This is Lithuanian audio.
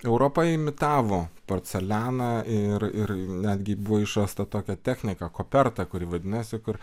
europa imitavo porcelianą ir ir netgi buvo išrasta tokia technika koperta kuri vadinasi kur